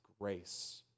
grace